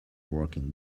working